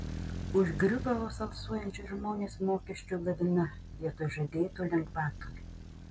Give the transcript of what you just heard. užgriuvo vos alsuojančius žmones mokesčių lavina vietoj žadėtų lengvatų